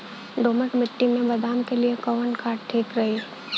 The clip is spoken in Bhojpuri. दोमट मिट्टी मे बादाम के लिए कवन खाद ठीक रही?